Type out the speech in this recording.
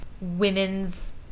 women's